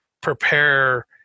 prepare